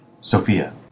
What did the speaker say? Sophia